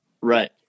right